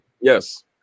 Yes